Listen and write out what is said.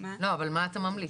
לא, אבל מה אתה ממליץ?